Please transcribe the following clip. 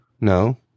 No